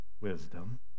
wisdom